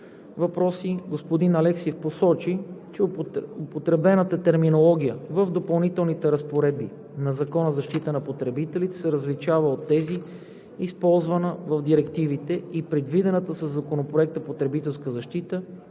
въпроси господин Алексиев посочи, че употребената терминология в Допълнителните разпоредби на Закона за защита на потребителите се различава от тази, използвана в директивите, и предвидената със Законопроекта потребителска защита